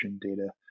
data